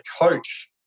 coach